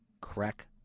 Crack